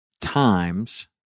times